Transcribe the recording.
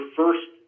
first